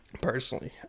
personally